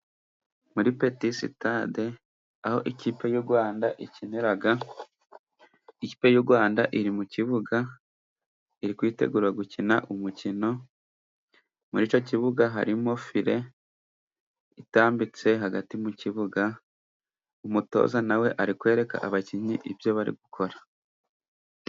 Muri petisitade aho ikipe y'u Rwanda ikinira, ikipe y'u Rwanda iri mu kibuga iri kwitegura gukina umukino, muri icyo kibuga harimo file itambitse hagati mu kibuga, umutoza nawe ari kwereka abakinnyi ibyo bari gukora.